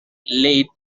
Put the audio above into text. late